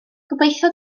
gobeithio